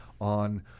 on